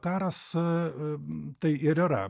karas tai ir yra